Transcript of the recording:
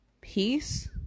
peace